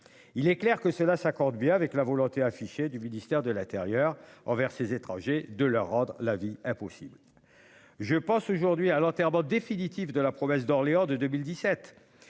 Il est clair que cela s'accorde bien avec la volonté affichée du ministère de l'Intérieur envers ces étrangers de leur rendre la vie impossible. Je pense aujourd'hui à l'enterrement définitif de la province d'Orléans de 2017